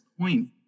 point